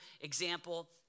example